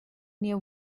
near